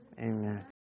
Amen